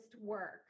work